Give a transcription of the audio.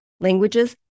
languages